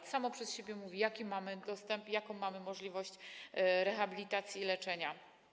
To samo przez siebie mówi, jaki mamy dostęp i jaką mamy możliwość rehabilitacji i leczenia.